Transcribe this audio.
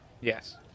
Yes